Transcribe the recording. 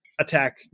attack